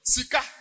Sika